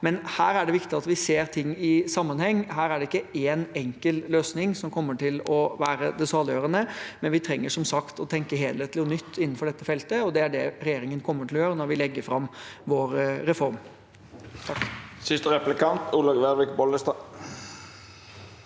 men det er viktig at vi ser ting i sammenheng. Her er det ikke én enkel løsning som kommer til å være det saliggjørende. Vi trenger som sagt å tenke helhetlig og nytt innenfor dette feltet, og det er det regjeringen kommer til å gjøre når vi legger fram vår reform.